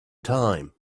time